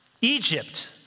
Egypt